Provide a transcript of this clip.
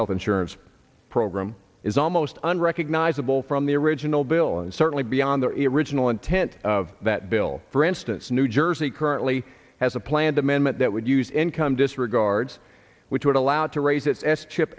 health insurance program is almost unrecognizable from the original bill and certainly beyond the original intent of that bill for instance new jersey currently has a planned amendment that would use income disregards which would allow it to raise its s chip